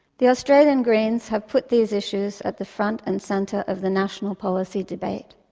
the australian greens have puts these issues at the front and centre of the national policy debate.